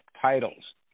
titles